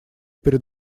перед